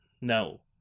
no